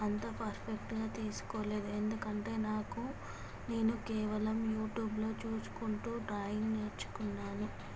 అంత పర్ఫెక్ట్గా తీసుకోలేదు ఎందుకంటే నాకు నేను కేవలం యూట్యూబ్లో చూసుకుంటూ డ్రాయింగ్ నేర్చుకున్నాను